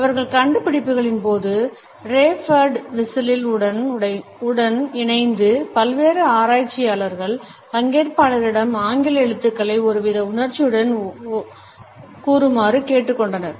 அவர்கள் கண்டுபிடிப்புகளின் போது ரே பேர்டு விசில் உடன் இணைந்து பல்வேறு ஆராய்ச்சியாளர்கள்பங்கேற்பாளர்களிடம் ஆங்கில எழுத்துக்களை ஒரு வித உணர்ச்சியுடன் ஓதுமாறு கேட்டுக் கொண்டனர்